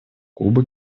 кубы